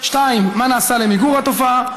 2. מה נעשה למיגור התופעה?